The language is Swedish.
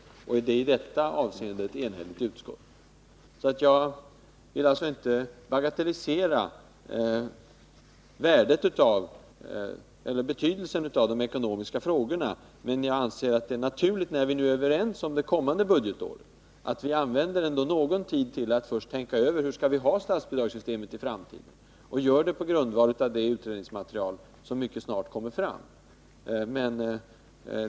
Utskottet är i detta avseende enhälligt. Jag vill inte bagatellisera betydelsen av de ekonomiska frågorna, men eftersom vi är överens om anslagen för det kommande budgetåret anser jag det naturligt att vi använder någon tid till att först tänka över hur vi skall ha statsbidragssystemet i framtiden, och att vi gör det på grundval av det utredningsmaterial som mycket snart kommer fram.